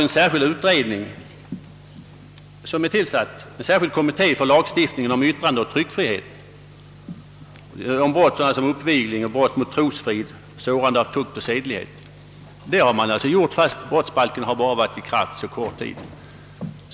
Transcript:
En särskild utredning — kommittén för lagstiftning om yttrandeoch tryckfrihet, alltså om brott sådana som uppvigling, brott mot trosfrid, sårande av tukt och sedlighet — har tillsatts trots att brottsbalken varit i kraft så kort tid.